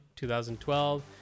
2012